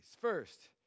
First